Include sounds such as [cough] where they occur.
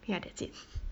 ya that's it [laughs]